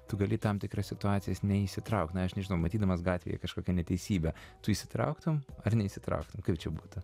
tu gali į tam tikras situacijas neįsitraukt na aš nežinau matydamas gatvėje kažkokią neteisybę tu įsitrauktum ar neįsitrauktum kaip čia būtų